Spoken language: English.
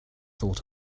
thought